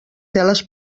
teles